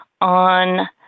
on